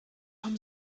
haben